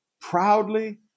proudly